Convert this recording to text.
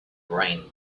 brain